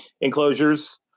enclosures